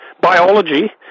biology